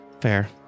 fair